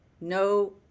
no